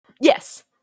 Yes